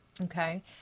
Okay